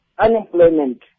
unemployment